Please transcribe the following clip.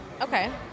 Okay